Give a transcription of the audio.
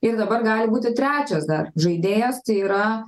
ir dabar gali būti trečias dar žaidėjas tai yra